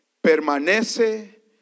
Permanece